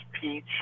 Peach